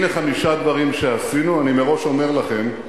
הנה חמישה דברים שעשינו, אני מראש אומר לכם,